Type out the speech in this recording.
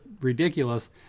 ridiculous